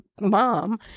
mom